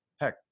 heck